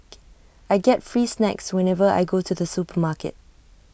I get free snacks whenever I go to the supermarket